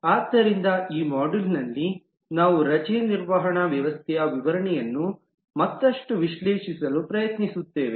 ಆದ್ದರಿಂದ ಈ ಮಾಡ್ಯೂಲ್ನಲ್ಲಿ ನಾವು ರಜೆ ನಿರ್ವಹಣಾ ವ್ಯವಸ್ಥೆಯ ವಿವರಣೆಯನ್ನು ಮತ್ತಷ್ಟು ವಿಶ್ಲೇಷಿಸಲು ಪ್ರಯತ್ನಿಸುತ್ತೇವೆ